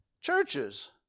churches